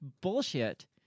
bullshit—